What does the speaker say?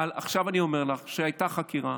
אבל עכשיו אני אומר לך שהייתה חקירה,